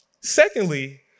Secondly